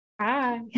Hi